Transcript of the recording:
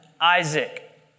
Isaac